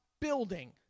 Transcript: building